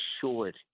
short